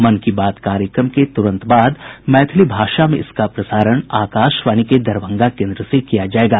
मन की बात कार्यक्रम के तुरंत बाद मैथिली भाषा में इसका प्रसारण आकाशवाणी के दरभंगा केन्द्र से किया जायेगा